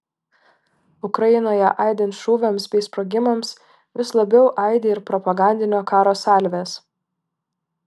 ukrainoje aidint šūviams bei sprogimams vis labiau aidi ir propagandinio karo salvės